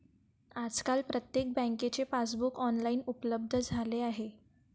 आजकाल प्रत्येक बँकेचे पासबुक ऑनलाइन उपलब्ध झाले आहे